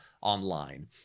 online